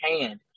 hand